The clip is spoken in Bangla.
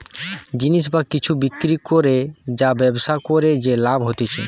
জিনিস বা কিছু বিক্রি করে বা ব্যবসা করে যে লাভ হতিছে